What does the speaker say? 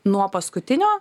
nuo paskutinio